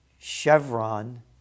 Chevron